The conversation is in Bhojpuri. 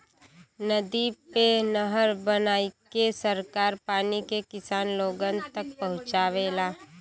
नदी पे नहर बनाईके सरकार पानी के किसान लोगन तक पहुंचावेला